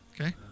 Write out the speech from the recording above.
Okay